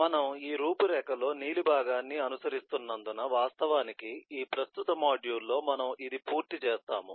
మనము ఈ రూపురేఖలో నీలి భాగాన్ని అనుసరిస్తున్నందున వాస్తవానికి ఈ ప్రస్తుత మాడ్యూల్లో మనం ఇది పూర్తి చేస్తాము